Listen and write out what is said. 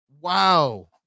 Wow